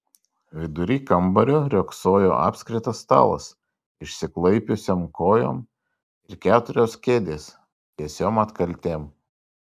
vidury kambario riogsojo apskritas stalas išsiklaipiusiom kojom ir keturios kėdės tiesiom atkaltėm